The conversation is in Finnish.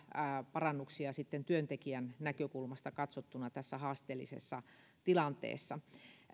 parannuksia työntekijän näkökulmasta katsottuna tässä haasteellisessa tilanteessa